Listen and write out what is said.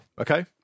Okay